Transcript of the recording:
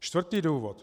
Čtvrtý důvod.